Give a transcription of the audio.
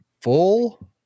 Full